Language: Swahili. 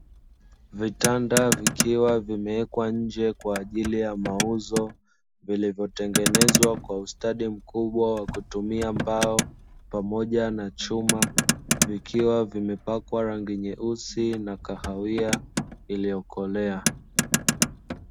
Vitanda vikiwa vimewekwa nje kwa ajili ya mauzo, vilivyotengenezwa kwa ustadi mkubwa wa kutumia mbao pamoja na chuma vikiwa vimepakwa rangi nyeusi na kahawia iliokolea.